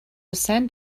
cent